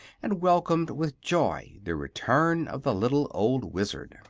and welcomed with joy the return of the little old wizard.